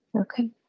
Okay